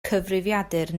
cyfrifiadur